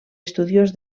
estudiós